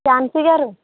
శాంతిగారు